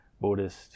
Buddhist